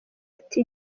ati